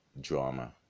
drama